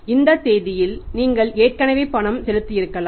அந்த தேதியில் நீங்கள் ஏற்கனவே பணம் செலுத்தியிருக்கலாம்